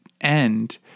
end